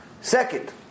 Second